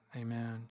amen